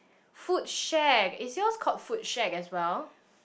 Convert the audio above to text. food shack is yours called food shack as well